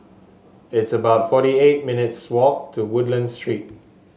it's about forty eight minutes' walk to Woodlands Street